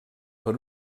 per